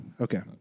Okay